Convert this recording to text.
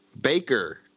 Baker